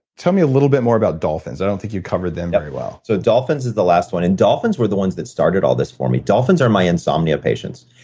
tell me a little bit more about dolphins. i don't think you've covered them very well yep. so, dolphins is the last one, and dolphins were the ones that started all this for me. dolphins are my insomnia patients.